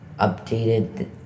updated